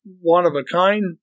one-of-a-kind